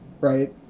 right